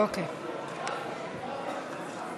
התשע"ט 2018, בקריאה שנייה וקריאה שלישית.